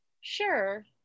Sure